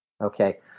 Okay